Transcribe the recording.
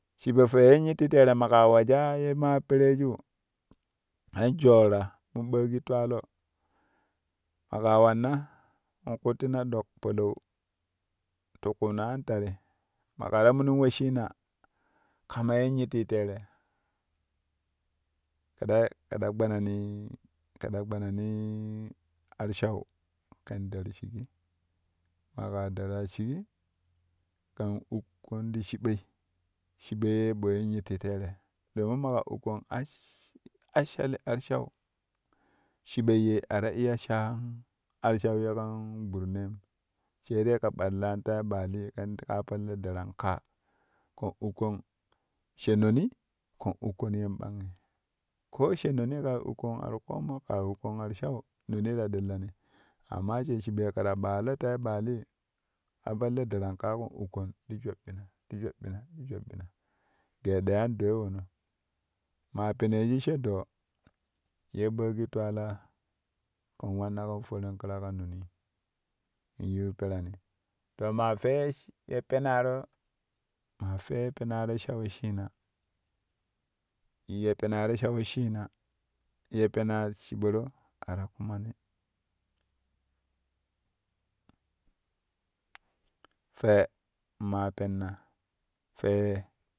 Shiɓo fwe ye nyitti tere maƙe wejaa ye maa peraju kɛn joora mo ɓooƙi twalo maƙa wanna kuttina dok palau ti ƙuuno an tat ti maƙa ta minin wesshina kama ye nyitti tere kɛ ta kɛ ta gbanani kɛ ta gbanani arshau kɛn dar shigi maƙa daraa shigi kɛn ukkon ti shiɓoi shiɓoi ye mo yen nyitti tere domin maƙa ukko ash asali arshau shiɓoi ye a ta iya sha arshau ye kan gbidineim sai dai ke badilaan tai ɓaali kɛn ukkon yen bangi koo she nonii kaa ukkon arƙomo kaa ukkon arshau noni ta ɗellani amma she shiɓoi kɛ ta ɓaalo fai ɓaali kaa pelle darankaa kɛn ukkon ti joɓɓina ti joɓɓina ti joɓɓina gee ɗeyan dooi wono maa penju she doo ye ɓaaki twaala kɛn wanna kɛn foran ƙira ka noni yiu perani to maa fwe ye penaro maa fwe ye penaro sha wesshina ye penaro sha wesshina ye penas shboro a ta kumani fwe maa penna fwe ye